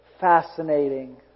fascinating